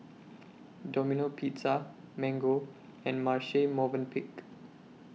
Domino Pizza Mango and Marche Movenpick